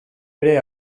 ere